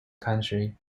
country